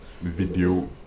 video